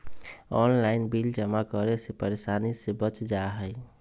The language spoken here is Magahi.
ऑनलाइन बिल जमा करे से परेशानी से बच जाहई?